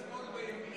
מה זה שמאל וימין?